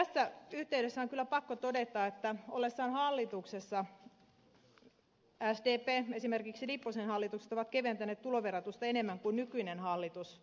tässä yhteydessä on kyllä pakko todeta että ollessaan hallituksessa sdp esimerkiksi lipposen hallitukset ovat keventäneet tuloverotusta enemmän kuin nykyinen hallitus